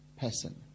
person